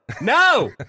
No